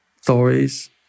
stories